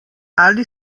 ali